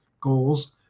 goals